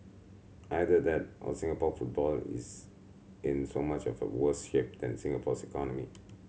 either that or Singapore football is in so much of a worse shape than Singapore's economy